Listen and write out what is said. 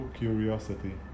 curiosity